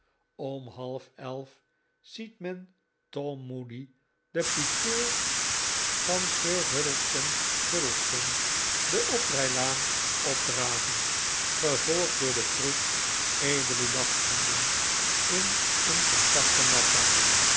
om halfelf ziet men tom moody den pikeur van sir huddlestone fuddlestone de oprijlaan opdraven gevolgd door den troep edele jachthonden in een compacte massa